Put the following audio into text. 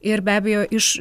ir be abejo iš